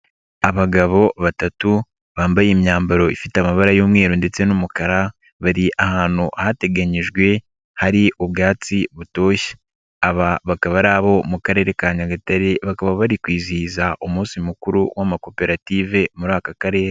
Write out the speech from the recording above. Abagabo batatu bambaye imyambaro ifite amabara y'umweru ndetse n'umukara bari ahantu hateganyijwe hari ubwatsi butoshye, aba bakaba ari abo mu Karere ka Nyagatare bakaba bari kwizihiza umunsi mukuru w'amakoperative muri aka Karere.